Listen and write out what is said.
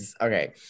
Okay